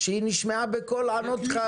היא כל כך גדולה,